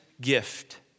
gift